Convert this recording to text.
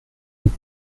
nous